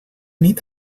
nit